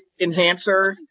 enhancer